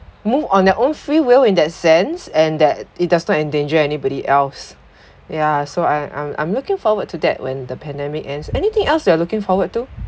move on their own free will in that sense and that it does not endanger anybody else yeah so I I'm I'm looking forward to that when the pandemic ends anything else you're looking forward to